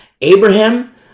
Abraham